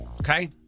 Okay